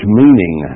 meaning